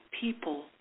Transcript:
people